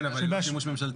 כן, אבל היא לא שימוש ממשלתי.